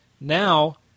now